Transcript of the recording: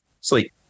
sleep